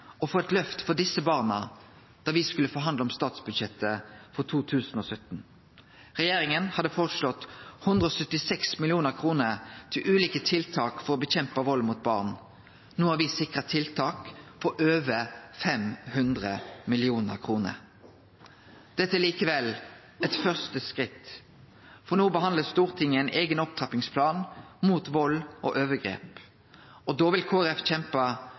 å få eit løft for desse barna da me skulle forhandle om statsbudsjettet for 2017. Regjeringa hadde føreslått 176 mill. kr til ulike tiltak for å kjempe mot vald mot barn. No har me sikra tiltak for over 500 mill. kr. Dette er likevel berre eit første skritt, for no behandlar Stortinget ein eigen opptrappingsplan mot vald og overgrep, og da vil